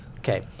Okay